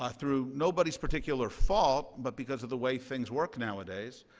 ah through nobody's particular fault, but because of the way things work nowadays,